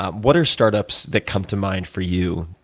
what are startups that come to mind for you,